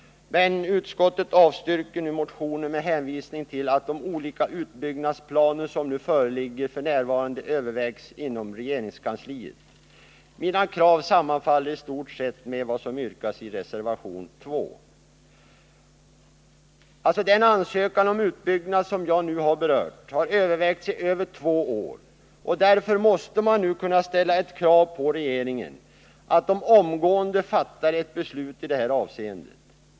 Utskottet avstyrker nu motionen med hänvisning till att de olika utbyggnadsplaner som nu föreligger f. n. övervägs inom regeringskansliet. Mina krav sammanfaller i stort sett med vad som yrkas i reservation 2. Den ansökan om utbyggnad som jag nu har berört har övervägts i över två år. Därför måste man nu kunna ställa ett krav på att regeringen omgående fattar beslut i det här avseendet.